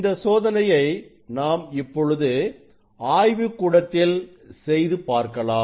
இந்த சோதனையை நாம் இப்பொழுது ஆய்வுகூடத்தில் செய்து பார்க்கலாம்